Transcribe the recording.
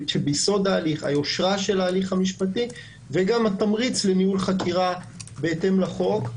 היושרה של ההליך המשפטי וגם התמריץ לניהול חקירה בהתאם לחוק,